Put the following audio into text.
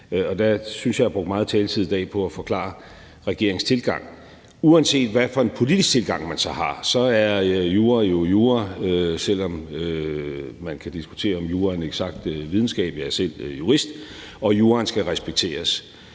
jeg har brugt meget taletid i dag på at forklare regeringens tilgang. Uanset hvad for en politisk tilgang, man så har, er jura jo jura, selv om man kan diskutere, om jura er en eksakt videnskab – jeg er selv jurist – og juraen skal respekteres.